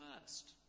first